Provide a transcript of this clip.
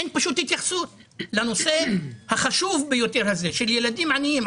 אין התייחסות לנושא החשוב ביותר הזה של ילדים עניים,